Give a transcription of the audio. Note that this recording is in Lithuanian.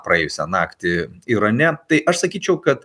praėjusią naktį irane tai aš sakyčiau kad